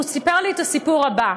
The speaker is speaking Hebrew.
הוא סיפר לי את הסיפור הבא: